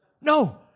No